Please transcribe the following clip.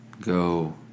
Go